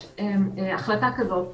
יש החלטה כזאת.